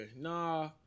Nah